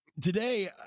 Today